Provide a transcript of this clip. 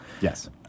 Yes